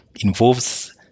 involves